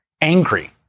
angry